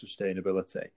sustainability